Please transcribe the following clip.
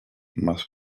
más